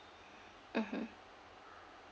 mmhmm